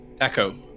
echo